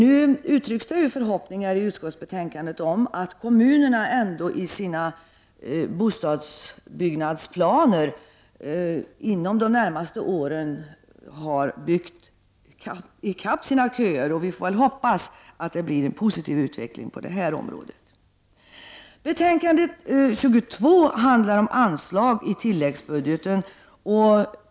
I utskottets betänkande uttrycks förhoppningar om att kommunerna i sina bostadsbyggnadsplaner inom de närmaste åren har så att säga byggt i kapp kön. Vi får hoppas att det blir en positiv utveckling på detta område. Betänkande 22 behandlar anslag i tilläggsbudgeten.